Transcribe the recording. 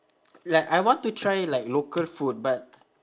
like I want to try like local food but